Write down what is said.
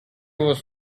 was